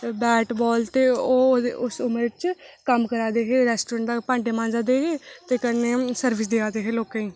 bat ball ते ओह् ओह्दी उस उमर च कम्म करा दे हे कोई रेस्टोरैंट च मांजे दे हे ते कन्नै हून सर्बिस देआ दे हे लोकें गी